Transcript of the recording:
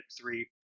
three